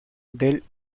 del